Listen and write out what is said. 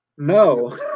No